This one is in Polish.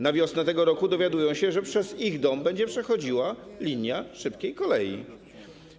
Na wiosnę tego roku dowiadują się, że przez ich dom będzie przechodziła linia szybkiej kolei.